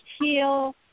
heal